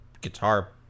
guitar